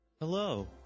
Hello